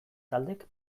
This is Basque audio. taldek